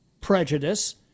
prejudice